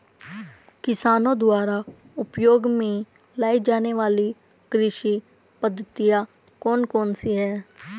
किसानों द्वारा उपयोग में लाई जाने वाली कृषि पद्धतियाँ कौन कौन सी हैं?